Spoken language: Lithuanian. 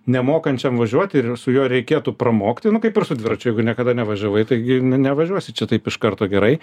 nemokančiam važiuoti ir su juo reikėtų pramokti nu kaip ir su dviračiu niekada nevažiavai taigi ne nevažiuosi čia taip iš karto gerai